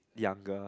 younger